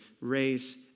race